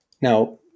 Now